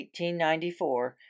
1894